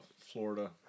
Florida